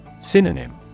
Synonym